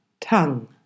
tongue